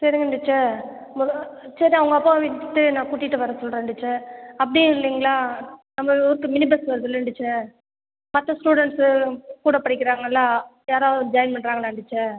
சரிங்க டீச்சர் முத சரி அவங்க அப்பாவை விட்டுட்டு நான் கூட்டிகிட்டு வர சொல்கிறேன் டீச்சர் அப்படியும் இல்லைங்களா நம்ம ஊருக்கு மினி பஸ் வருதுல்லே டீச்சர் மற்ற ஸ்டூடண்ட்ஸு கூட படிக்கிறாங்கல்ல யாராவது ஜாயின் பண்ணுறாங்களா டீச்சர்